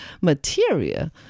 material